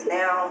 now